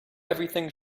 everything